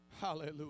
Hallelujah